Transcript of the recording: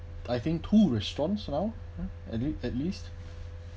I think two restaurants around at le~ at least